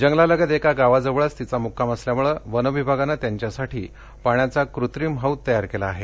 जंगलालगत एका गावाजवळच तिचा मुक्काम असल्यामुळं वन विभागानं त्यांच्यासाठी पाण्याचा कृत्रिम होद तयार केला आहे